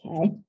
okay